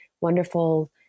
wonderful